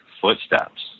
footsteps